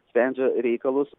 sprendžia reikalus